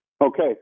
Okay